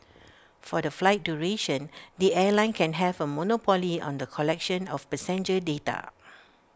for the flight duration the airline can have A monopoly on the collection of passenger data